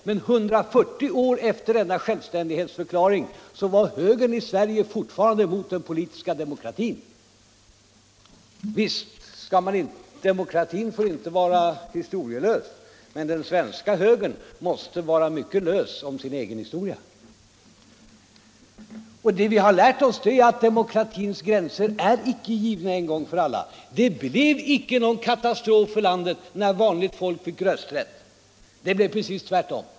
Men 140 år efter denna självständighetsförklaring var högern i Sverige fortfarande emot den politiska demokratin. Visst är det riktigt att demokratin inte får vara historielös, men den svenska högern måste vara mycket lös i fråga om sin egen historia. Det vi har lärt oss är att demokratins gränser icke är givna en gång för alla. Det blev icke en katastrof för landet när vanligt folk fick rösträtt - det blev tvärtom.